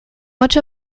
much